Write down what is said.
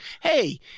hey